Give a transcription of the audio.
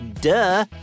duh